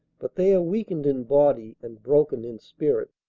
but they are weakened in body and broken in spirit.